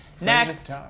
Next